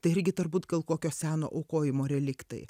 tai irgi turbūt gal kokio seno aukojimo reliktai